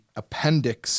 appendix